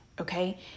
Okay